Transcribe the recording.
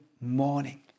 morning